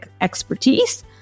expertise